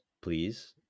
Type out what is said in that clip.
please